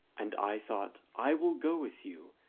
and i thought, i will go with you,